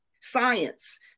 science